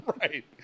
Right